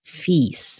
fees